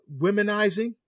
Womenizing